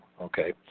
Okay